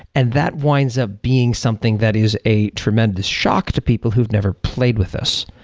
and that winds up being something that is a tremendous shock to people who've never played with us.